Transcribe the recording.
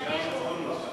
מגיע לו בונוס,